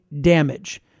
damage